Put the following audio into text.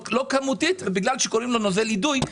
לא למסות רק בגלל שקוראים לו נוזל אידוי.